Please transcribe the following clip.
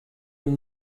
than